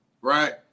right